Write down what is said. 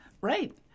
right